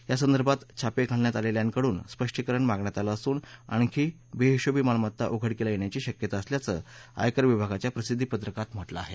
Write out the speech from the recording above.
या संदर्भात छापे घालण्यात आलेल्यांकडून स्पष्टीकरण मागण्यात आलं असून आणखी बेहिशेवी मालमत्ता उघडकीला येण्याची शक्यता असल्याचं आयकर विभागाच्या प्रसिध्दी पत्रकात म्हटलं आहे